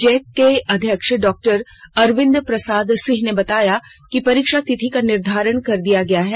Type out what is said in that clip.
Jack के अध्यक्ष डा अरविंद प्रसाद सिंह ने बताया कि परीक्षा तिथि का निर्धारण कर दिया गया है